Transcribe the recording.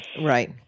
Right